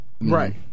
right